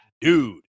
dude